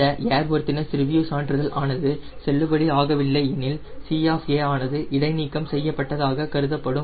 இந்த airworthiness review சான்றிதழ் ஆனது செல்லுபடி ஆகவில்லை எனில் C ஆஃப் A ஆனது இடைநீக்கம் செய்யப்பட்டதாகக் கருதப்படும்